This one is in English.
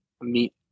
meet